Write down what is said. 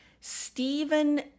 Stephen